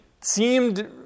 seemed